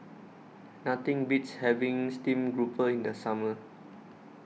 Nothing Beats having Steamed Grouper in The Summer